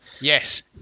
Yes